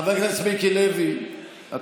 (חברת הכנסת אוסנת הילה מארק יוצאת מאולם המליאה.) בבקשה,